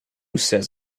says